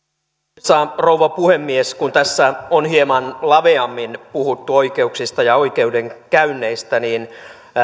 arvoisa rouva puhemies kun tässä on hieman laveammin puhuttu oikeuksista ja oikeudenkäynneistä niin